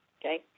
okay